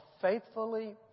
faithfully